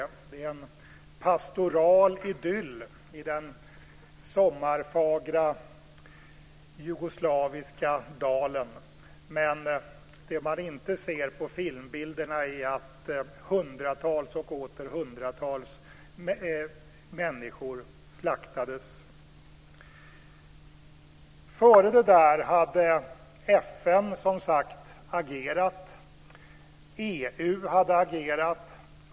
Det är en pastoral idyll i den sommarfagra jugoslaviska dalen, men det man inte ser på filmbilderna är att hundratals och åter hundratals människor slaktades. Före detta hade FN agerat. EU hade agerat.